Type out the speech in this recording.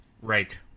right